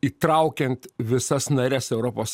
įtraukiant visas nares europos